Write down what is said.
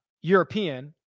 European